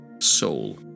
soul